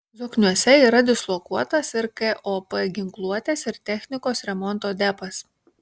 zokniuose yra dislokuotas ir kop ginkluotės ir technikos remonto depas